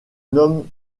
nomment